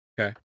Okay